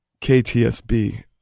KTSB